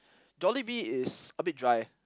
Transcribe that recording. Jollibee is a bit dry